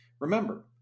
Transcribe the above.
Remember